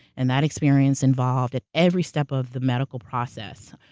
and that experience involved at every step of the medical process,